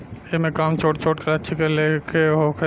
एईमे काम छोट छोट लक्ष्य ले के होखेला